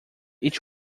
each